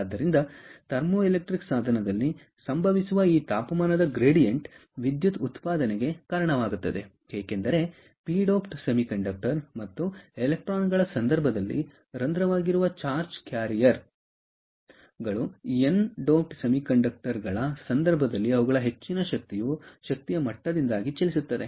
ಆದ್ದರಿಂದ ಥರ್ಮೋಎಲೆಕ್ಟ್ರಿಕ್ ಸಾಧನದಲ್ಲಿ ಸಂಭವಿಸುವ ಈ ತಾಪಮಾನದ ಗ್ರೇಡಿಯಂಟ್ ವಿದ್ಯುತ್ ಉತ್ಪಾದನೆಗೆ ಕಾರಣವಾಗುತ್ತದೆ ಏಕೆಂದರೆ ಪಿ ಡೋಪ್ಡ್ ಸೆಮಿಕಂಡಕ್ಟರ್ ಮತ್ತು ಎಲೆಕ್ಟ್ರಾನ್ ಗಳ ಸಂದರ್ಭದಲ್ಲಿ ರಂಧ್ರವಾಗಿರುವ ಚಾರ್ಜ್ ಕ್ಯಾರಿಯರ್ ಗಳು ಎನ್ ಡೋಪ್ಡ್ ಸೆಮಿಕಂಡಕ್ಟರ್ಗಳ ಸಂದರ್ಭದಲ್ಲಿ ಅವುಗಳ ಹೆಚ್ಚಿನ ಶಕ್ತಿಯ ಮಟ್ಟದಿಂದಾಗಿ ಚಲಿಸುತ್ತವೆ